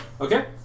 Okay